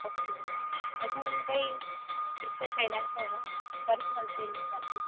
okay अजून काही exercise असेल ना पर्सनल ट्रेनिंगसाठी